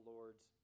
Lord's